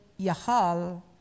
Yahal